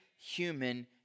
human